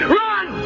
run